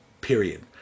period